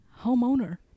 homeowner